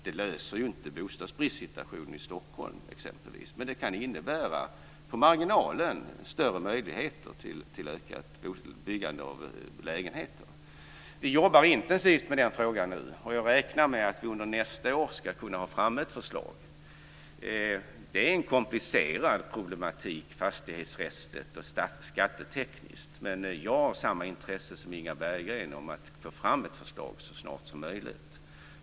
Den löser exempelvis inte bostadsbristssituationen i Stockholm, men den kan på marginalen innebära större möjligheter till byggande av bostadslägenheter. Vi jobbar intensivt med den frågan nu, och jag räknar med att vi under nästa år ska kunna få fram ett förslag. Det är en fastighetsrättsligt och skattetekniskt komplicerad problematik, men jag har samma intresse som Inga Berggren av att få fram ett system så snart som möjligt.